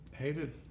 hated